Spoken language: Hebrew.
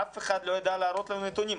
אף אחד לא ידע להראות לנו נתונים,